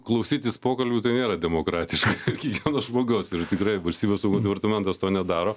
klausytis pokalbių tai nėra demokratiška kiekvieno žmogaus ir tikrai valstybės saugumo departamentas to nedaro